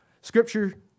Scripture